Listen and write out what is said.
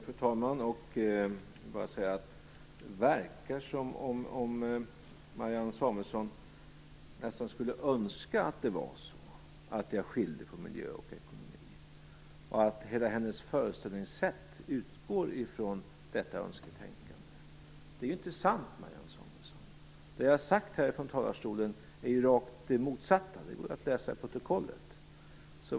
Fru talman! Det verkar som om Marianne Samuelsson nästan skulle önska att det var så att jag skilde på miljö och ekonomi, och det verkar som om hela hennes föreställningssätt utgår från det önsketänkandet. Det är inte sant, Marianne Samuelsson! Det jag har sagt här från talarstolen är ju det rakt motsatta. Det går att läsa i protokollet.